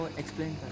explain